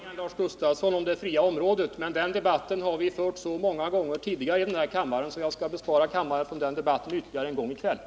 Herr talman! Jag har en helt annan mening än Lars Gustafsson om det fria området, men den saken har vi diskuterat så många gånger tidigare att jag i kväll skall bespara kammaren ytterligare en debatt i den frågan.